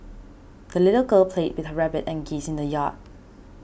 the little girl played with her rabbit and geese in the yard